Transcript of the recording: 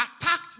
attacked